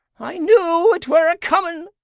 i knew it were a-coming.